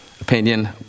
opinion